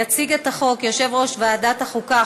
יציג את החוק יושב-ראש ועדת החוקה,